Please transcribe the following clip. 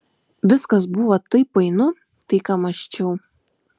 viskas buvo taip painu tai ką mąsčiau